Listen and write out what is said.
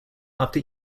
after